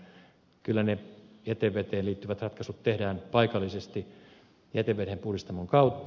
kyllä ne jäteveteen liittyvät ratkaisut tehdään paikallisesti jätevedenpuhdistamon kautta